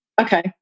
Okay